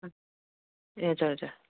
ए हजर हजर